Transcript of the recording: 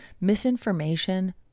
misinformation